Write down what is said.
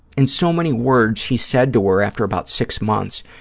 in so many words, he said to her after about six months,